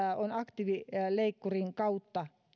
on aktiivileikkurin kautta